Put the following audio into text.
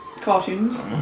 cartoons